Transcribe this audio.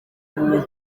buntu